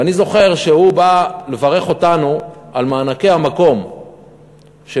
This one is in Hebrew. ואני זוכר שהוא בא לברך אותנו על מענקי המקום שמשרד